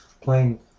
playing